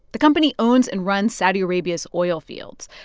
the company owns and runs saudi arabia's oilfields.